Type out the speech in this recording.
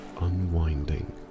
unwinding